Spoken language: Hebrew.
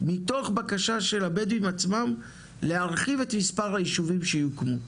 מתוך בקשה של הבדואים עצמם להרחיב את מספר היישובים שיוקמו.